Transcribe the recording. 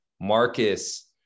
Marcus